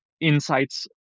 insights